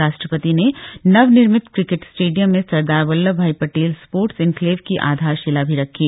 राष्ट्रपति ने नव निर्मित क्रिकेट स्टेडियम में सरदार वल्लभ भाई पटेल स्पोर्टस एन्क्लेव की आधारशिला भी रखी